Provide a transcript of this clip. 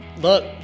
Look